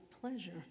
pleasure